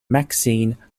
maxine